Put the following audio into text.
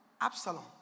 Absalom